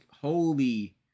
holy